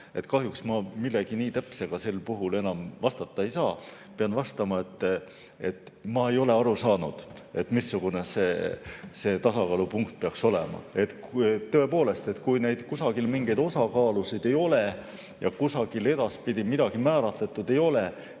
kahjuks ma millegi nii täpsega sel puhul vastata ei saa –, et ma ei ole aru saanud, missugune see tasakaalupunkt peaks olema. Tõepoolest, kui kusagil mingeid osakaalusid ei ole ja kusagil edaspidi midagi määratletud ei ole,